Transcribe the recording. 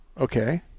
Okay